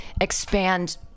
expand